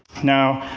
now,